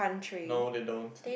no they don't